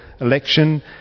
election